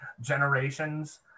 generations